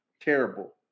terrible